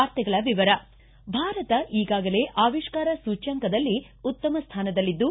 ವಾರ್ತೆಗಳ ವಿವರ ಭಾರತ ಈಗಾಗಲೇ ಆವಿಷ್ಕಾರ ಸೂಚ್ಕಾಂಕದಲ್ಲಿ ಉತ್ತಮ ಸ್ಥಾನದಲ್ಲಿದ್ದು